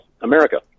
america